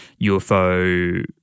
UFO